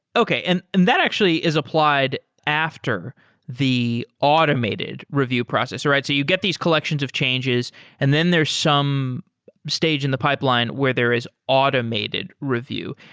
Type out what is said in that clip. okay. and and that actually is applied after the automated review process right? so you get these collections of changes and then there's some stage in the pipeline where there is automated review.